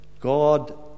God